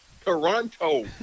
Toronto